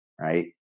right